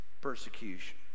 Persecution